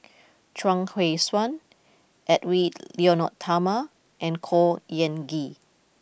Chuang Hui Tsuan Edwy Lyonet Talma and Khor Ean Ghee